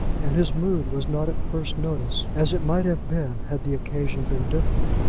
and his mood was not at first noticed, as it might have been had the occasion been different.